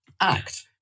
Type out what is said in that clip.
act